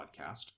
podcast